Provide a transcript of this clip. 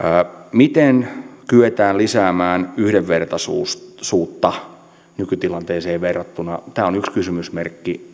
miten kyetään lisäämään yhdenvertaisuutta nykytilanteeseen verrattuna tämä on yksi kysymysmerkki